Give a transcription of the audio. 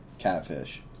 catfish